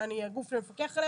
שאני הגוף המפקח עליה,